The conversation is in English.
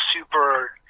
super